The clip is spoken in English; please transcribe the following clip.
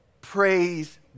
praise